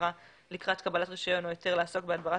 הכשרה לקראת קבלת רישיון או היתר לעסוק בהדברה